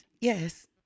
Yes